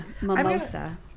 Mimosa